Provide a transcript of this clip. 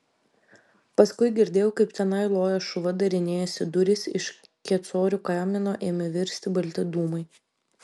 paskui girdėjau kaip tenai loja šuva darinėjasi durys iš kecorių kamino ėmė virsti balti dūmai